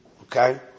okay